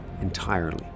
entirely